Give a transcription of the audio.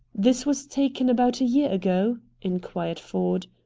this was taken about a year ago? inquired ford.